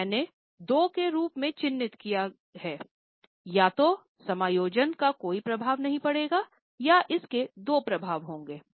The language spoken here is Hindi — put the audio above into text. तो उन्हें 2 के रूप में चिह्नित किया गया है या तो समायोजन का कोई प्रभाव नहीं पड़ेगा या इसके दो प्रभाव होंगे